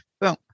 Boom